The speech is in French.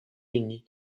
unis